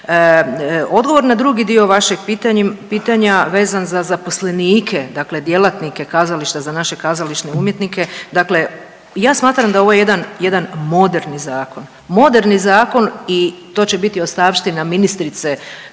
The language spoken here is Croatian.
Odgovor na drugi dio vašeg pitanja vezan za zaposlenike, dakle djelatnike kazališta za naše kazališne umjetnike, dakle ja smatram da je ovo jedan moderni zakon i to će biti ostavština ministrice